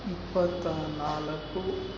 ಇಪ್ಪತ್ತನಾಲ್ಕು